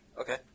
Okay